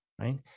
right